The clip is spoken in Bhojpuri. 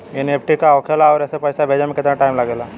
एन.ई.एफ.टी का होखे ला आउर एसे पैसा भेजे मे केतना टाइम लागेला?